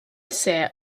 sert